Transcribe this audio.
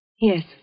Yes